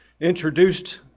introduced